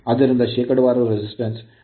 ಆದ್ದರಿಂದ ಶೇಕಡಾವಾರು resistance ಪ್ರತಿರೋಧ 0